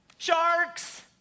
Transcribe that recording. Sharks